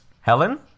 Helen